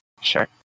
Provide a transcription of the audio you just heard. sure